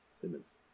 Simmons